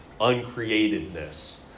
uncreatedness